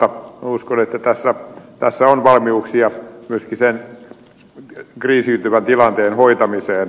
minä uskon että tässä on valmiuksia myöskin sen kriisiytyvän tilanteen hoitamiseen